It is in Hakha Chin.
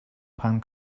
phan